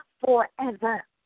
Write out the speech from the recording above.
forever